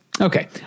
Okay